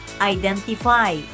identify